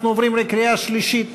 אנחנו עוברים לקריאה שלישית.